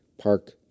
park